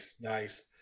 Nice